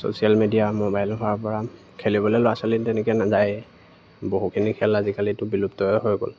social media ম'বাইলৰ হোৱাৰ পৰা খেলিবলে ল'ৰা ছোৱালী তেনেকে নাযায়েই বহুখিনি খেল আজিকালিতো বিলুপ্ত হৈ গ'ল